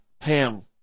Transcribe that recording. Pam